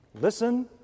Listen